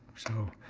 so,